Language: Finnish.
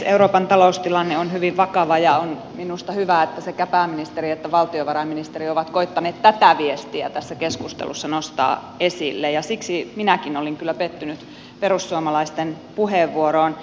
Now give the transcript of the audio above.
euroopan taloustilanne on hyvin vakava ja minusta on hyvä että sekä pääministeri että valtiovarainministeri ovat koettaneet tätä viestiä tässä keskustelussa nostaa esille ja siksi minäkin olin kyllä pettynyt perussuomalaisten puheenvuoroon